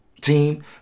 team